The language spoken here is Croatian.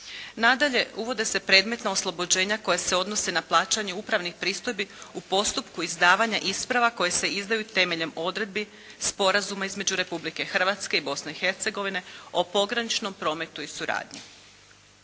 Nadalje, uvode se predmetna oslobođenja koja se odnose na plaćanje upravnih pristojbi u postupku izdavanja isprava koje se izdaju temeljem odredbi Sporazuma između Republike Hrvatske i Bosne i Hercegovine o pograničnom prometu i suradnji.